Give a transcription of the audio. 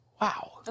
Wow